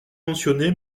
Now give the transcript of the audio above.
mentionné